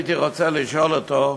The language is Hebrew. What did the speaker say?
הייתי רוצה לשאול אותו,